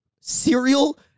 cereal